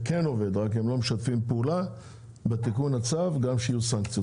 כן עובד ורק הם לא משתפים פעולה שבתיקון הצו גם יהיו סנקציות.